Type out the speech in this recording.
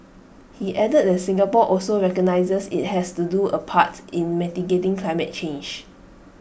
he added that Singapore also recognises IT has to do A part in mitigating climate change